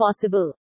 possible